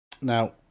Now